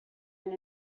and